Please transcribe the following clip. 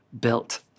built